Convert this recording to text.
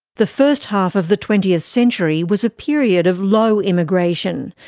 the first half of the twentieth century was a period of low immigration,